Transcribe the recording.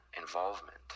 involvement